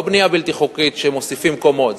לא בנייה בלתי חוקית שמוסיפים קומות,